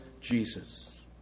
Jesus